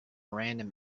random